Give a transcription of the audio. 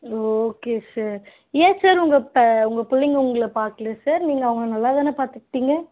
okay sir ஏன் sir உங்கள் ப உங்கள் பிள்ளைங்க உங்களை பார்க்கலையா சார் நீங்கள் அவங்கள நல்லாதானே பார்த்துக்கிட்டீங்க